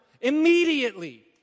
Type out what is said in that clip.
Immediately